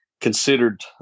considered